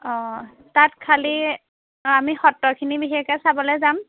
অঁ তাত খালী আমি সত্ৰখিনি বিশেষকৈ চাবলৈ যাম